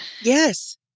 Yes